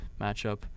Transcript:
matchup